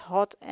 Hot